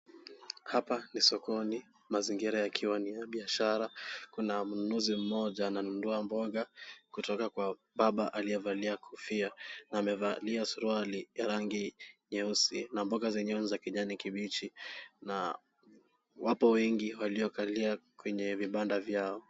Hapa ni sokoni mazingira yakiwa ni ya biashara. Kuna mnunuzi mmoja ananunua mboga kutoka kwa baba aliyevalia kofia na amevalia suruali ya rangi nyeusi na mboga zenyewe ni za kijani kibichi na wapo wengi waliokalia kwenye vibanda vyao.